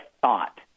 thought